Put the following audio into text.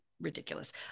Ridiculous